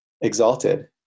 exalted